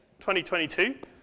2022